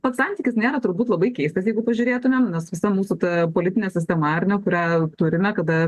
pats santykis nėra turbūt labai keistas jeigu pažiūrėtumėm nes visa mūsų politinė sistema ar ne kurią turime kada